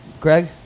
Greg